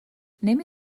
نمی